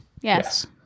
Yes